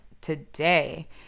today